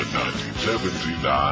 1979